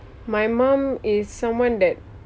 my mum is someone that